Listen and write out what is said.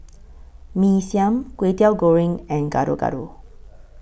Mee Siam Kway Teow Goreng and Gado Gado